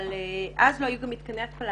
אבל אז לא היו גם מתקני התפלה.